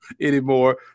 anymore